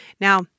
Now